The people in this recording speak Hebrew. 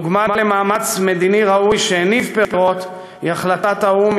דוגמה למאמץ מדיני ראוי שהניב פירות היא החלטת האו"ם